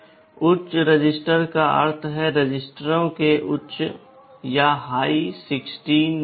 उच्च रजिस्टर का अर्थ है रजिस्टरों के उच्च 16 बिट्स